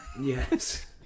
yes